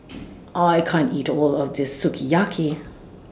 I can't eat All of This Sukiyaki